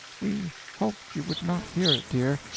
we hoped you would not hear it, dear.